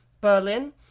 Berlin